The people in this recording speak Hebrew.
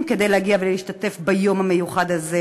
כדי להגיע ולהשתתף ביום המיוחד הזה,